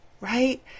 right